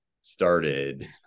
started